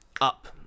up